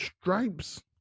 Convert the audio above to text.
stripes